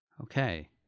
Okay